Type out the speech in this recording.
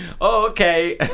okay